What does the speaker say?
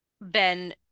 ben